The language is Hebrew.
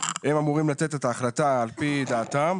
אמורים לתת את ההחלטה על פי דעתם,